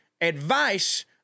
advice